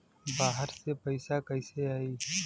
बाहर से पैसा कैसे आई?